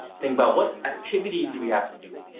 think about what activities do we have to do.